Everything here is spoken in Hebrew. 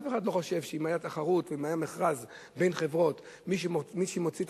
אף אחד לא חושב שאם היתה תחרות ואם היה מכרז בין חברות: מי שמוציא,